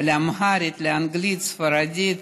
לאמהרית, לאנגלית ולספרדית.